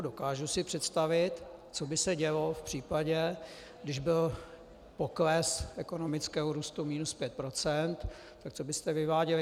Dokážu si představit, co by se dělo v případě, když byl pokles ekonomického růstu minus 5 %, co byste vyváděli.